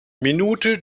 minute